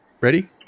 Ready